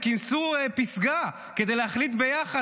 הם כינסו פסגה כדי להחליט ביחד,